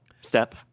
step